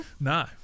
no